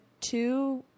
two